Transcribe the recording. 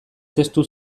testu